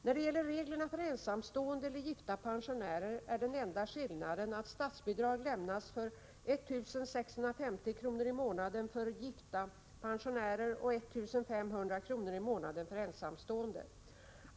När det gäller reglerna för ensamstående eller gifta pensionärer är den enda skillnaden att statsbidrag lämnas för 1 650 kr. i månaden för gifta pensionärer och 1 500 kr. i månaden för ensamstående.